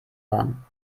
waren